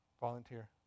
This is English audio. volunteer